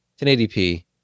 1080p